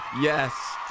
Yes